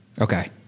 Okay